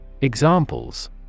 Examples